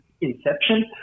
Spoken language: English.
inception